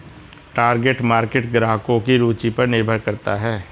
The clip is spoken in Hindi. टारगेट मार्केट ग्राहकों की रूचि पर निर्भर करता है